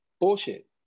Bullshit